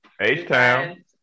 H-Town